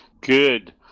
Good